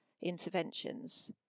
interventions